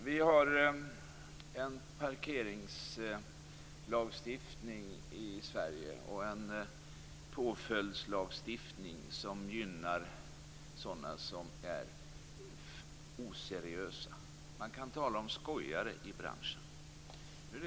Vi har en parkeringslagstiftning och en påföljdslagstiftning i Sverige som gynnar sådana som är oseriösa - man kan tala om skojare i branschen.